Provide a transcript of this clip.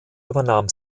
übernahm